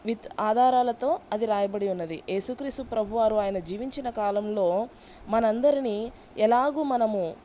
with ఆధారాలతో అది వ్రాయబడి ఉన్నది ఏసుక్రీసు ప్రభువారు ఆయన జీవించిన కాలంలో మనందరినీ ఎలాగు మనము